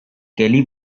kelly